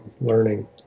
learning